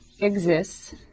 exists